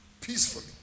peacefully